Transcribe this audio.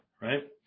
right